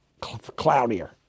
cloudier